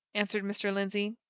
answered mr. lindsey,